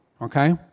okay